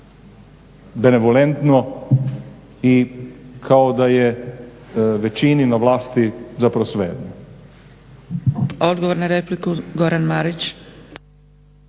benevolentno i kao da je većini na vlasti zapravo svejedno.